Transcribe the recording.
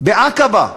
עם עקבה,